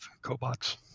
cobots